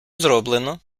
зроблено